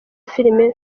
filime